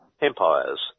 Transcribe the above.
empires